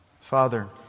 Father